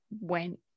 went